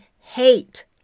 hate